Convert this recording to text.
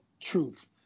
truth